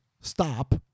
stop